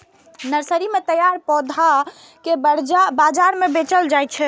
nursery मे तैयार पौधा कें बाजार मे बेचल जाइ छै